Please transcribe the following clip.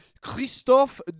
Christophe